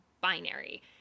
binary